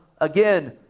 again